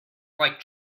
like